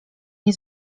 nie